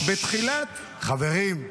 חברים.